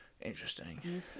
interesting